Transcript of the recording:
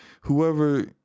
whoever